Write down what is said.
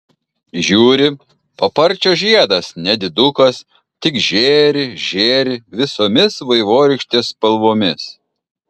žiūri paparčio žiedas nedidukas tik žėri žėri visomis vaivorykštės spalvomis